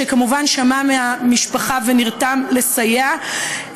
שכמובן שמע מהמשפחה ונרתם לסייע,